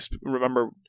remember